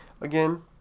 again